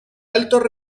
alto